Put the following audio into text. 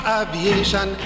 aviation